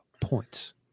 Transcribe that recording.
points